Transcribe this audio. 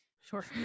Sure